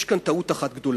יש כאן טעות אחת גדולה.